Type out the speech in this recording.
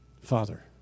Father